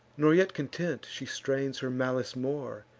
nor yet content, she strains her malice more,